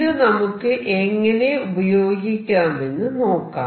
ഇത് നമുക്ക് എങ്ങനെ ഉപയോഗിക്കാമെന്ന് നോക്കാം